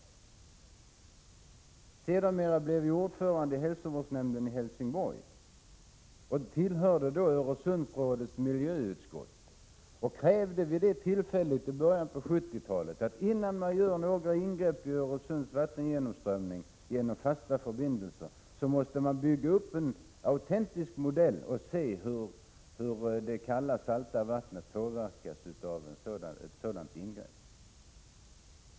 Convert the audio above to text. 103 Sedermera blev jag ordförande i hälsovårdsnämnden i Helsingborg och tillhörde då Öresundsrådets miljöutskott. Vid det tillfället, i början av 70-talet, krävde jag att man, innan några ingrepp i Öresunds vattengenomströmning genom fasta förbindelser görs, måste bygga upp en autentisk modell för att se hur det kalla salta vattnet påverkas av ett sådant ingrepp.